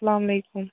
اَلسلامُ علیکُم